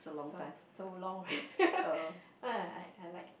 so so long uh I I like